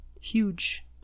huge